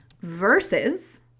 versus